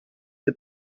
ces